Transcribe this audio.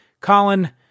Colin